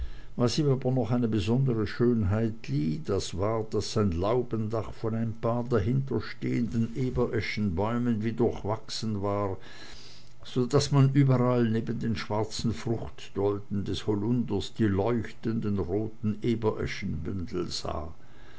was ihm aber noch eine besondere schönheit lieh das war daß sein laubendach von ein paar dahinter stehenden ebereschenbäumen wie durchwachsen war so daß man überall neben den schwarzen fruchtdolden des holunders die leuchtenden roten ebereschenbüschel sah